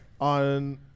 On